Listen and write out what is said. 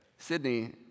Sydney